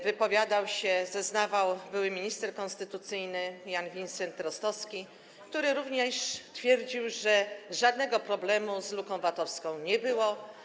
Wypowiadał się, zeznawał były minister konstytucyjny Jan Vincent-Rostowski, który również twierdził, że żadnego problemu z luką VAT-owską nie było.